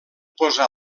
posar